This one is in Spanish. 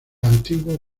antiguo